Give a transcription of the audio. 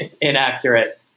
inaccurate